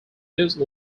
lose